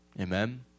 Amen